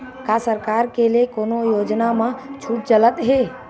का सरकार के ले कोनो योजना म छुट चलत हे?